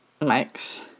makes